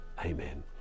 Amen